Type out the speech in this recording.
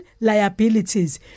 liabilities